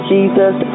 Jesus